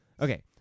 Okay